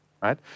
right